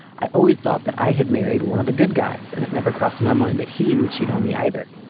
i always thought that i had married one of the good guys and it never crossed my mind that he would cheat on me either.